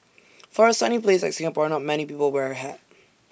for A sunny place like Singapore not many people wear A hat